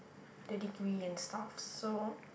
the degree and stuff so